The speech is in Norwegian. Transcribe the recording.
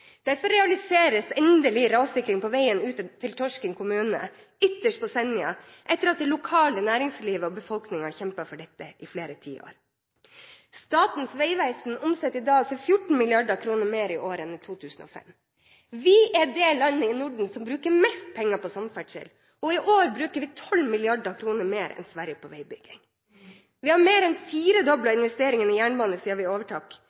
Derfor realiseres endelig rassikring på veien ut til Torsken kommune, ytterst på Senja, etter at det lokale næringslivet og befolkningen har kjempet for dette i flere tiår. Statens vegvesen omsetter i dag for 14 mrd. kr mer i år enn i 2005. Vi er det landet i Norden som bruker mest penger på samferdsel, og i år bruker vi 12 mrd. kr mer enn Sverige på veibygging. Vi har mer enn firedoblet investeringene i jernbane siden vi